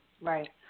Right